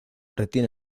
retiene